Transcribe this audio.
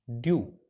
due